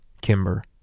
Kimber